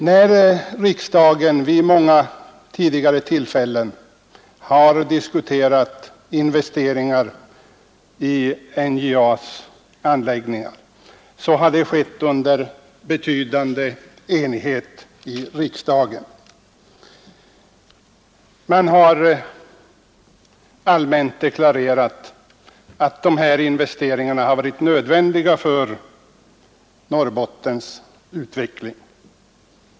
När riksdagen vid många tidigare tillfällen har diskuterat investeringar i NJA:s anläggningar, har detta skett under betydande enighet. Man har allmänt deklarerat att investeringarna varit nödvändiga för Norrbottens utveckling.